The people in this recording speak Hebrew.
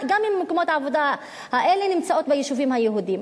גם אם מקומות העבודה האלה נמצאים ביישובים היהודיים.